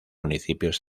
municipios